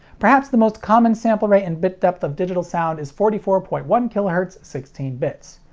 perhaps the most common sample rate and bit depth of digital sound is forty four point one kilohertz, sixteen bits.